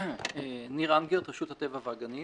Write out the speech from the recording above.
ניר אנגרט, רשות הטבע והגנים.